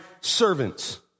servants